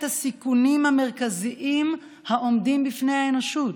הסיכונים המרכזיים העומדים בפני האנושות.